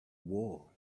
wall